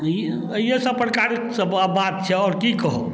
ई इएहसब प्रकार बात छै आओर कि कहब